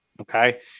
Okay